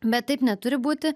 bet taip neturi būti